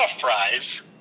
fries